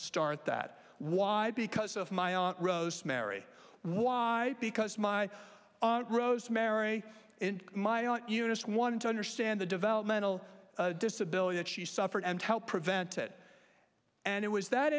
start that why because of my aunt rosemary why because my aunt rosemary and my aunt eunice wanted to understand the developmental disability that she suffered and to help prevent it and it was that